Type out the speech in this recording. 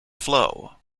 flow